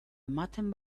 ematen